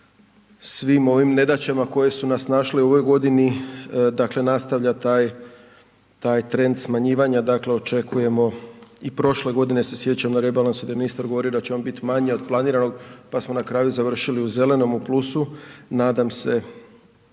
svim ovim nedaćama koje su nas snašle u ovoj godini nastavlja taj trend smanjivanja, dakle očekujemo i prošle godine se sjećam rebalansa da je ministar govorio da će on biti manji od planiranog pa smo na kraju završili u zelenom u plusu nadam se,